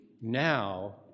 now